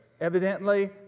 evidently